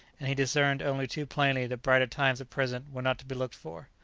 and he discerned only too plainly that brighter times at present were not to be looked for.